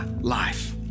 life